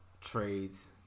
Trades